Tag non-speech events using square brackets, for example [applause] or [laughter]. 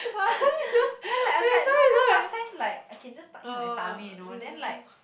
[laughs] ya like I'm like no cause last time like I can just tuck in my tummy you know then like